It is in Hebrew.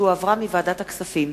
שהחזירה ועדת הכספים.